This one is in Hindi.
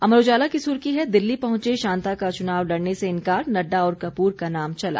अमर उजाला की सुर्खी है दिल्ली पहुंचे शांता का चुनाव लड़ने से इन्कार नड्डा और कपूर का नाम चला